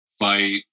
fight